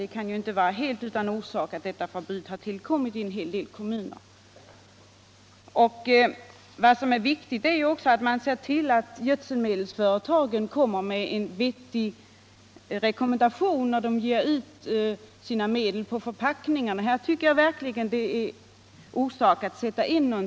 Det kan inte vara helt utan orsaker som detta förbud har tillkommit i flera kommuner. Viktigt är också att tillse att gödselmedelsföretagen lämnar en vettig rekommendation på sina förpackningar. Här tycker jag verkligen att det finns anledning att göra en insats.